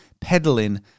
peddling